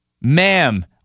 ma'am